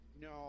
No